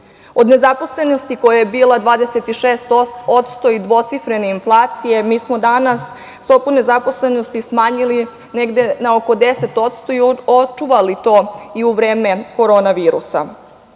nezaposlenosti koja je bila 26% i dvocifrene inflacije, mi smo danas stopu nezaposlenosti smanjili na oko 10% i očuvali i u vreme Korona virusa.